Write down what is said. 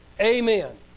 Amen